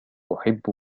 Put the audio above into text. أحب